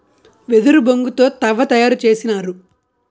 వెదురు బొంగు తో తవ్వ తయారు చేసినారు